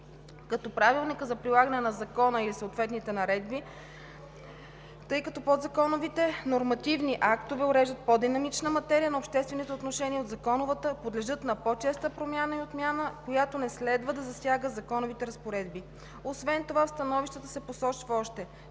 като Правилникът за прилагане на закона или съответните наредби, тъй като подзаконовите нормативни актове уреждат по-динамичната материя на обществените отношения от законовата, подлежат на по-честа промяна и отмяна, която не следва да засяга законовите разпоредби. Освен това в становищата се посочва още,